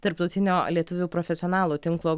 tarptautinio lietuvių profesionalų tinklo